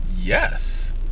Yes